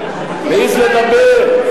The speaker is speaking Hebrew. בעזה יש